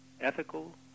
ethical